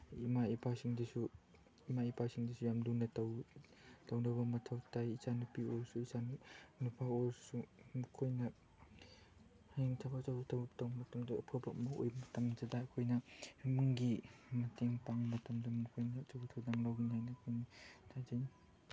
ꯏꯃꯥ ꯏꯄꯥꯁꯤꯡꯗꯁꯨ ꯏꯃꯥ ꯏꯄꯥꯁꯤꯡꯗꯁꯨ ꯌꯥꯝ ꯂꯨꯅ ꯇꯧꯅꯕ ꯃꯊꯧ ꯇꯥꯏ ꯏꯆꯥꯅꯨꯄꯤ ꯑꯣꯏꯔꯁꯨ ꯏꯆꯥꯅꯨꯄꯥ ꯑꯣꯏꯔꯁꯨ ꯃꯈꯣꯏꯅ ꯍꯌꯦꯡ ꯊꯕꯛ ꯑꯆꯧꯕ ꯊꯕꯛ ꯇꯧ ꯃꯇꯝꯗ ꯑꯐꯕ ꯑꯃ ꯑꯣꯏꯕ ꯃꯇꯝꯗꯨꯗ ꯑꯩꯈꯣꯏꯅ ꯏꯃꯨꯡꯒꯤ ꯃꯇꯦꯡ ꯄꯥꯡꯕ ꯃꯇꯝꯗ ꯃꯈꯣꯏꯅ ꯑꯆꯧꯕ ꯊꯧꯗꯥꯡ ꯂꯧꯒꯅꯤ ꯍꯥꯏꯅ ꯈꯜꯂꯤ ꯊꯥꯖꯩ